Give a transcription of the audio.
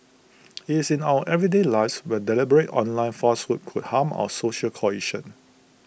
IT is in our everyday lives where deliberate online falsehoods could harm our social cohesion